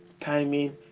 Timing